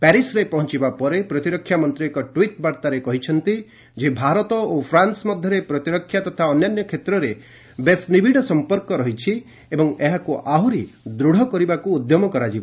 ପ୍ୟାରିଶ୍ରେ ପହଞ୍ଚିବା ପରେ ପ୍ରତିରକ୍ଷା ମନ୍ତ୍ରୀ ଏକ ଟ୍ୱିଟ୍ ବାର୍ଭାରେ କହିଛନ୍ତି ଯେ ଭାରତ ଓ ଫ୍ରାନ୍ସ ମଧ୍ୟରେ ପ୍ରତିରକ୍ଷା ତଥା ଅନ୍ୟାନ୍ୟ କ୍ଷେତ୍ରରେ ବେଶ୍ ନିବିଡ଼ ସମ୍ପର୍କ ରହିଛି ଏବଂ ଏହାକୁ ଆହୁରି ଦୃଢ଼ କରିବାକୁ ଉଦ୍ୟମ କରାଯିବ